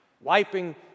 wiping